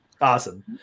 Awesome